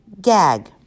Gag